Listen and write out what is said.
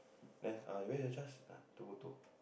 there ah where your C_H_A_S ah tunjuk photo